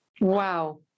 Wow